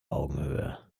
augenhöhe